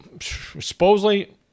supposedly